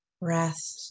breath